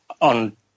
on